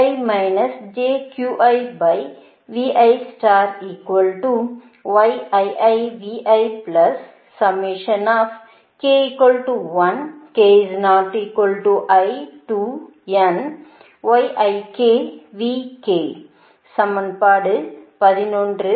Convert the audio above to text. எனவே இது சமன்பாடு 11